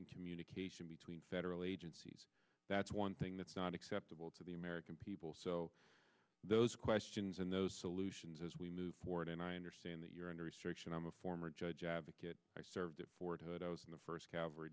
in communication between federal agencies that's one thing that's not acceptable to the american people so those questions and those solutions as we move forward and i understand that you're under restriction i'm a former judge advocate i served at fort hood i was in the first calvary